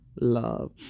love